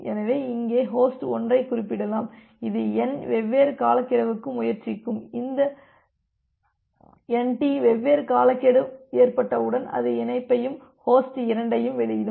எனவே இங்கே ஹோஸ்ட் 1 ஐ குறிப்பிடலாம் இது என் வெவ்வேறு காலக்கெடுவுக்கு முயற்சிக்கும் இந்த என் டி வெவ்வேறு காலக்கெடு ஏற்பட்டவுடன் அது இணைப்பையும் ஹோஸ்ட் 2ஐ வெளியிடும்